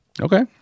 Okay